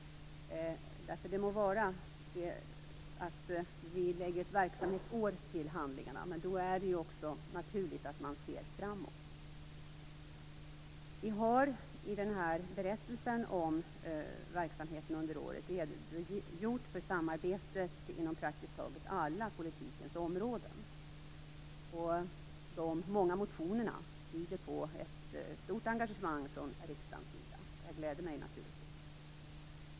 Det må vara att vi lägger ett verksamhetsår till handlingarna, men då är det också naturligt att man ser framåt. I berättelsen om verksamheten under året har det redogjorts för samarbetet inom praktiskt taget alla politikens områden. De många motionerna tyder på ett stort engagemang från riksdagens sida. Det gläder mig naturligtvis.